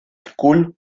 school